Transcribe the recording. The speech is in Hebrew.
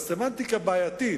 אבל סמנטיקה בעייתית,